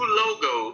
logo